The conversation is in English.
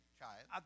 child